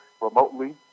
remotely